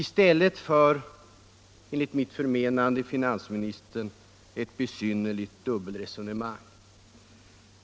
I stället för finansministern enligt mitt förmenande ett besynnerligt dubbelresonemang.